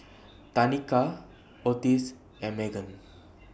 Tanika Otis and Meghann